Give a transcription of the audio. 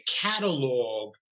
catalog